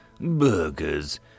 burgers